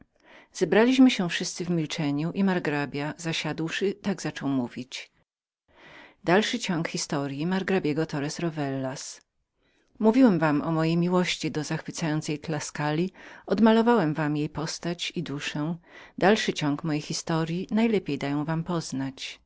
zebraliśmy się wszyscy w milczeniu i margrabia zasiadłszy tak zaczął mówić mówiłem wam o mojej miłości do zachwycającej tuskuli odmalowałem wam jej postać i duszę dalszy ciąg mojej historyi najlepiej da ją wam poznać